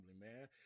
man